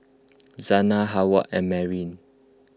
Zana Heyward and Marin